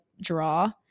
draw